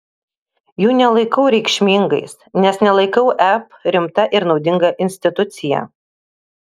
jų nelaikau reikšmingais nes nelaikau ep rimta ir naudinga institucija